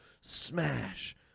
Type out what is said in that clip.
smash